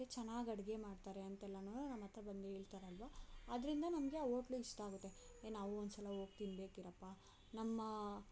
ಮತ್ತೆ ಚೆನ್ನಾಗಿ ಅಡುಗೆ ಮಾಡ್ತಾರೆ ಅಂತೆಲ್ಲಾನು ನಮ್ಮ ಹತ್ರ ಬಂದು ಹೇಳ್ತಾರಲ್ವ ಅದರಿಂದ ನಮಗೆ ಆ ಹೋಟ್ಲು ಇಷ್ಟ ಆಗುತ್ತೆ ಎ ನಾವೂ ಒಂದ್ಸಲ ಹೋಗಿ ತಿನ್ಬೇಕಿರಪ್ಪ ನಮ್ಮ